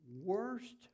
worst